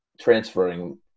transferring